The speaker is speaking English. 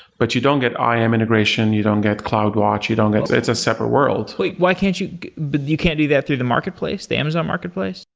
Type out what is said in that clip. but you don't get im um integration, you don't get cloud watch, you don't get it's a separate world wait, why can't you but you can't do that through the marketplace, the amazon marketplace?